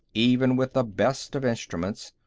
even with the best of instruments,